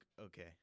Okay